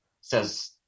says